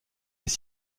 les